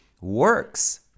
works